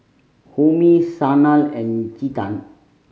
Homi Sanal and Chetan